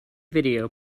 video